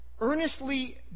Earnestly